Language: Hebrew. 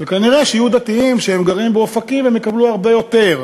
וכנראה שיהיו דתיים שגרים באופקים והם יקבלו הרבה יותר.